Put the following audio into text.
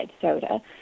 soda